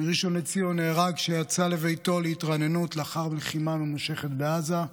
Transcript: מראשון לציון נהרג כשיצא לביתו להתרעננות לאחר לחימה ממושכת בעזה,